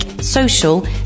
social